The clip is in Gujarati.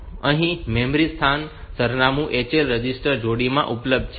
અહીં મેમરી સ્થાનનું સરનામું HL રજિસ્ટર જોડીમાં ઉપલબ્ધ છે